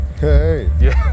Hey